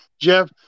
Jeff